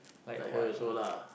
like her also lah